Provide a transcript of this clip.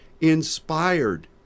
inspired